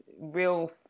real